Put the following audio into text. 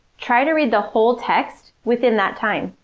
try to read the whole text within that time.